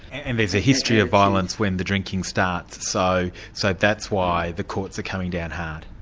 and there's a history of violence when the drinking starts, so so that's why the courts are coming down hard.